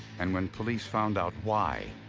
and when police found out why,